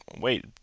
wait